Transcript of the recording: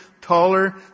Taller